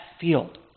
field